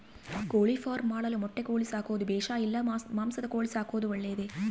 ಕೋಳಿಫಾರ್ಮ್ ಮಾಡಲು ಮೊಟ್ಟೆ ಕೋಳಿ ಸಾಕೋದು ಬೇಷಾ ಇಲ್ಲ ಮಾಂಸದ ಕೋಳಿ ಸಾಕೋದು ಒಳ್ಳೆಯದೇ?